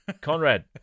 Conrad